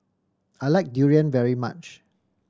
I like durian very much